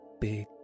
big